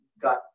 got